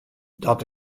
dat